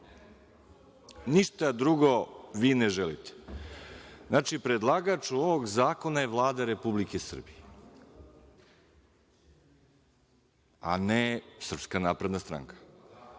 Ništa drugo vi ne želite. Znači, predlagač ovog zakona je Vlada Republike Srbije, a ne Srpska napredna stranka.